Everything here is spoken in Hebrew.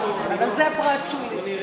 אבל זה פרט שולי.